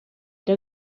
era